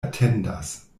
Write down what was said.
atendas